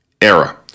era